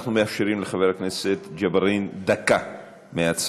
אנחנו מאפשרים לחבר הכנסת ג'בארין דקה מהצד,